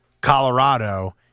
Colorado